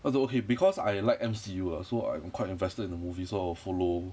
although okay because I like M_C_U lah so I'm quite invested in the movies so I will follow